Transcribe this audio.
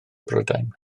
brydain